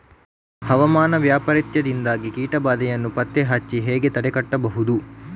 ಹವಾಮಾನ ವೈಪರೀತ್ಯದಿಂದಾಗಿ ಕೀಟ ಬಾಧೆಯನ್ನು ಪತ್ತೆ ಹಚ್ಚಿ ಹೇಗೆ ತಡೆಗಟ್ಟಬಹುದು?